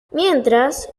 mientras